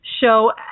show